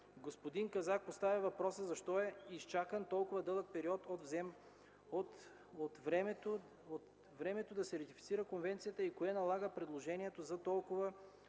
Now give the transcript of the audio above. Господин Казак постави въпросите: защо е изчакан толкова дълъг период от време, за да се ратифицират конвенциите и кое налага предложението за толкова